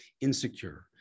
insecure